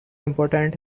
important